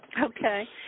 Okay